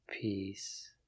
Peace